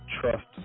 trust